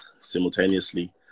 simultaneously